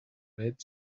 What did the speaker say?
red